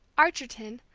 archerton,